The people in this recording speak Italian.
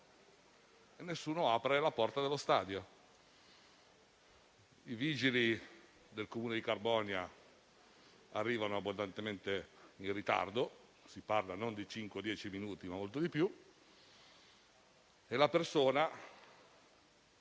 e nessuno apre la porta dello stadio. I vigili del Comune di Carbonia arrivano abbondantemente in ritardo - si parla non di cinque o dieci minuti, ma molto di più - e la persona